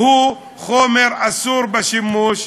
הוא חומר אסור בשימוש,